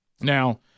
Now